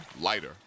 lighter